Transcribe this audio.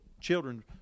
children